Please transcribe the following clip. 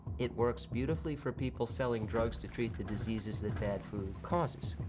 it works beautifully for people selling drugs to treat the diseases that bad food causes.